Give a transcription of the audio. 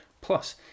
plus